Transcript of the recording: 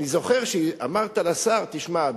אני זוכר שאמרת לשר: תשמע,